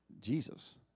Jesus